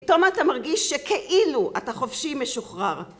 פתאום אתה מרגיש שכאילו אתה חופשי משוחרר